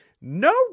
no